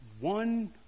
one